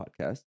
podcast